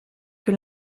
que